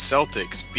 Celtics